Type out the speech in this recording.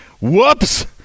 Whoops